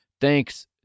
Thanks